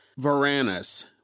varanus